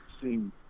seem